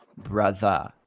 brother